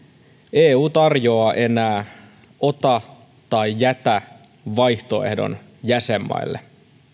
eu tarjoaa enää ota tai jätä vaihtoehdon jäsenmaille